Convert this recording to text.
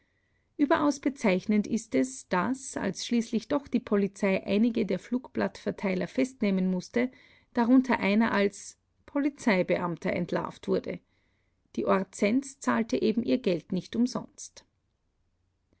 überaus bezeichnend ist es daß als schließlich doch die polizei einige der flugblattverteiler festnehmen mußte darunter einer als polizeibeamter entlarvt wurde die orzentz zahlte eben ihr geld nicht umsonst